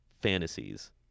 fantasies